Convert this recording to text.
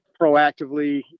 proactively